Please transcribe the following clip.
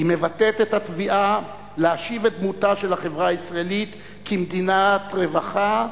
היא מבטאת את התביעה להשיב את דמותה של החברה הישראלית כמדינת רווחה,